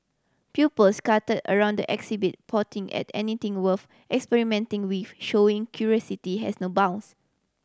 pupil scatter around the exhibit potting at anything worth experimenting with showing curiosity has no bounds